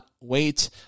wait